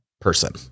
person